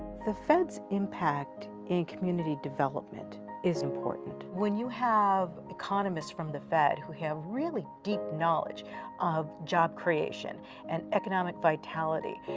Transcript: the fed's impact in community development is important. when you have economists from the fed who have really deep knowledge of job creation and economic vitality,